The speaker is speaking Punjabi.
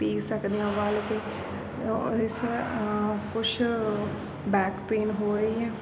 ਪੀ ਸਕਦੇ ਹਾਂ ਉਬਾਲ ਕੇ ਇਸ ਕੁਛ ਬੈਕ ਪੇਨ ਹੋ ਰਹੀ ਹੈ